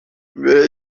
mbere